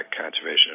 conservation